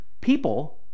People